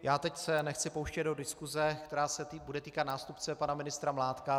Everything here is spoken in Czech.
Já se teď nechci pouštět do diskuse, která se bude týkat nástupce pana ministra Mládka.